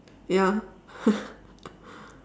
ya